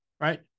right